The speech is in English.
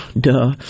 Duh